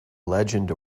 legend